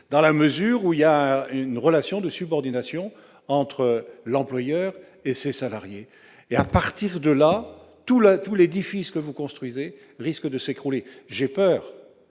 dans la mesure où il existe une relation de subordination entre l'employeur et ses salariés. Dès lors, tout l'édifice que vous construisez risque de s'écrouler, madame